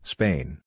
Spain